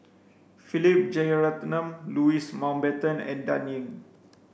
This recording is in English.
Philip Jeyaretnam Louis Mountbatten and Dan Ying